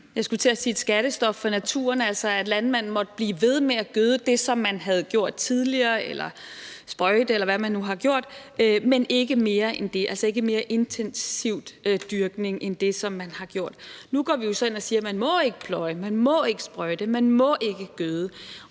jeg skulle til at sige et skattestop for naturen, hvor landmanden måtte blive ved med at gøde eller sprøjte, eller hvad man nu havde gjort, i det omfang, som man havde gjort tidligere, men ikke mere end det – altså ikke mere intensiv dyrkning end det, som man havde gjort. Nu går vi så ind og siger: Man må ikke pløje. Man må ikke sprøjte. Man må ikke gøde.